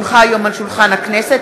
כי הונחה היום על שולחן הכנסת,